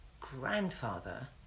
grandfather